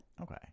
Okay